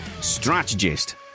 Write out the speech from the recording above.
strategist